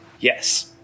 Yes